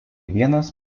vienas